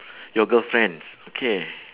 your girlfriends okay